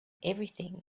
everything